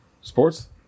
Sports